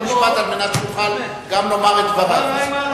חוק ומשפט על מנת שיוכל גם לומר את דבריו.